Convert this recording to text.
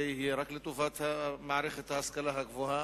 זה יהיה רק לטובת מערכת ההשכלה הגבוהה.